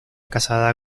casada